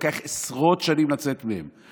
ולוקח עשרות שנים לצאת מהם.